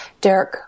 Derek